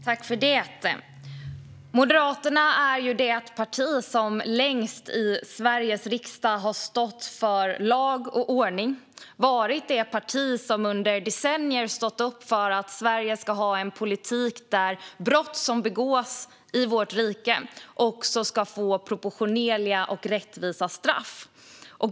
Herr talman! Moderaterna är det parti som längst i Sveriges riksdag har stått för lag och ordning och varit det parti som under decennier har stått upp för att Sverige ska ha en politik där brott som begås i vårt rike ska få proportionerliga och rättvisa straff.